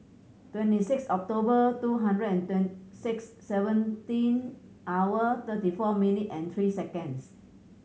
twenty six October two hundred and six seventeen hour thirty four minute and three seconds